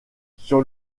sur